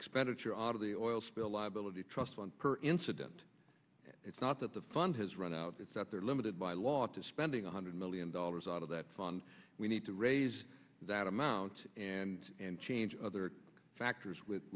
expenditure out of the oil spill liability trust fund per incident it's not that the fund has run out it's that they're limited by law to spending one hundred million dollars out of that fund we need to raise that amount and and change other factors with